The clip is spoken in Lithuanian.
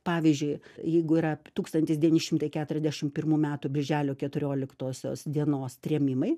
pavyzdžiui jeigu yra tūkstantis devyni šimtai keturiasdešim pirmų metų birželio keturioliktosios dienos trėmimai